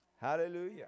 Hallelujah